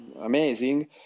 amazing